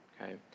Okay